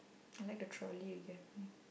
I like the trolley you gave me